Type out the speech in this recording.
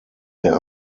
der